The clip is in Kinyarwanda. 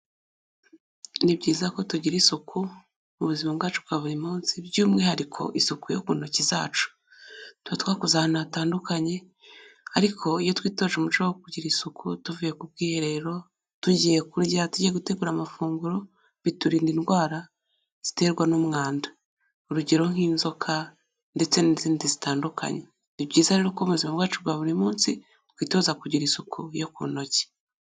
Ni byiza ko tugira isuku mu buzima bwacu bwa buri munsi by'umwihariko isuku yo ku ntoki zacu. Tuba twakoze ahantu hatandukanye, ariko iyo twitoje umuco wo kugira isuku tuvuye ku bwiherero, tugiye kurya, tugiye gutegura amafunguro, biturinda indwara ziterwa n'umwanda. Urugero nk'inzoka ndetse n'izindi zitandukanye. Ni byiza rero ko mu buzima bwacu bwa buri munsi twitoza kugira isuku yo ku ntoki.